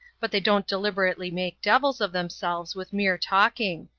but they don't deliberately make devils of themselves with mere talking.